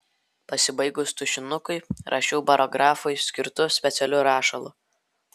pasibaigus tušinukui rašiau barografui skirtu specialiu rašalu